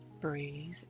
breathe